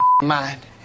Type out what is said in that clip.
mind